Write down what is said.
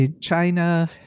China